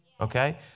okay